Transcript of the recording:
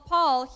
Paul